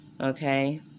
okay